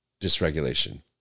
dysregulation